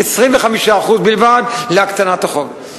25% בלבד להקטנת החוב,